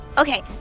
Okay